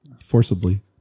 Forcibly